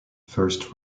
first